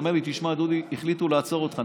אומר לי: תשמע דודי, החליטו לעצור אותך.